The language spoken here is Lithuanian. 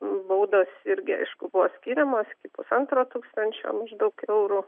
baudos irgi aišku buvo skiriamos pusantro tūkstančio maždaug eurų